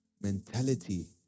mentality